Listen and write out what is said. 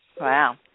Wow